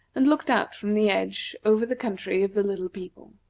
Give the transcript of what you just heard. and looked out from the edge over the country of the little people.